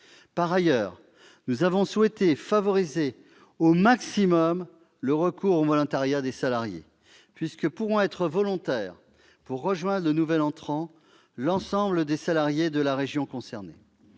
Par ailleurs, nous avons souhaité favoriser au maximum le recours au volontariat des salariés, puisque pourront être volontaires pour rejoindre le nouvel entrant l'ensemble des salariés de la région concernée.